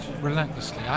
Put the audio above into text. relentlessly